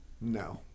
No